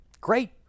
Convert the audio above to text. great